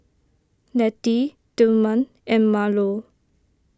Letty Tillman and Marlo